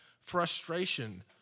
frustration